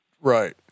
Right